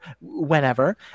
whenever